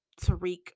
Tariq